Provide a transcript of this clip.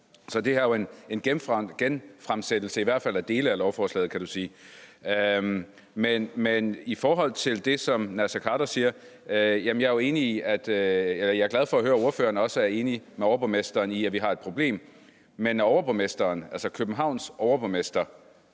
Så det er jo en genfremsættelse, i hvert fald af dele af lovforslaget, kan du sige. I forhold til det, som hr. Naser Khader siger, er jeg glad for at høre, at ordføreren også er enig med overborgmesteren i København i, at vi har et problem. Men når overborgmesteren går ud og siger,